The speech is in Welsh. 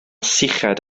syched